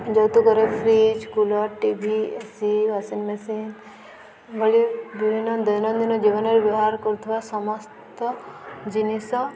ଯୌତୁକରେ fridge cooler TV AC washing machine ଭଳି ବିଭିନ୍ନ ଦୈନନ୍ଦିନ ଜୀବନରେ ବ୍ୟବହାର କରୁଥିବା ସମସ୍ତ ଜିନିଷ